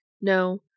No